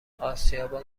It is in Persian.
اسیابان